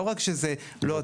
אותו